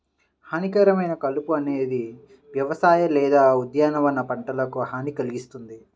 హానికరమైన కలుపు అనేది వ్యవసాయ లేదా ఉద్యానవన పంటలకు హాని కల్గిస్తుంది